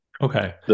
Okay